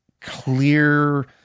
clear